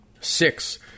Six